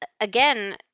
Again